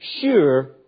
sure